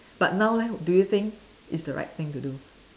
but now leh do you think it's the right thing to do